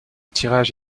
tirage